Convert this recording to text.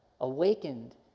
awakened